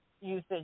Usage